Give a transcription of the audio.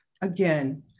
Again